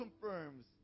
confirms